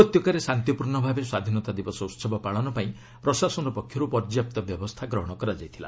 ଉପତ୍ୟକାରେ ଶାନ୍ତିପୂର୍ଣ୍ଣ ଭାବେ ସ୍ୱାଧୀନତା ଦିବସ ଉତ୍ସବ ପାଳନ ପାଇଁ ପ୍ରଶାସନ ପକ୍ଷରୁ ପର୍ଯ୍ୟାପ୍ତ ବ୍ୟବସ୍ଥା ଗ୍ରହଣ କରାଯାଇଥିଲା